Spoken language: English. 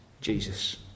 Jesus